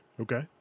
Okay